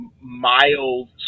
mild